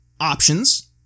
options